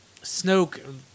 Snoke